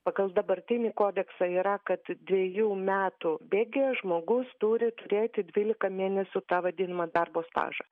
pagal dabartinį kodeksą yra kad dvejų metų bėgyje žmogus turi turėti dvyliką mėnesių tą vadinamą darbo stažą